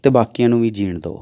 ਅਤੇ ਬਾਕੀਆਂ ਨੂੰ ਵੀ ਜੀਣ ਦਿਉ